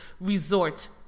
resort